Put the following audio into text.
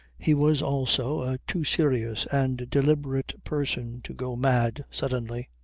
he was also a too serious and deliberate person to go mad suddenly.